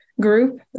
group